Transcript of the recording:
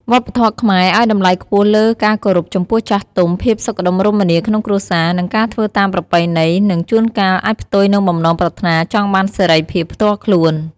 វប្បធម៌ខ្មែរឲ្យតម្លៃខ្ពស់លើការគោរពចំពោះចាស់ទុំ ភាពសុខដុមរមនាក្នុងគ្រួសារ និងការធ្វើតាមប្រពៃណី ដែលជួនកាលអាចផ្ទុយនឹងបំណងប្រាថ្នាចង់បានសេរីភាពផ្ទាល់ខ្លួន។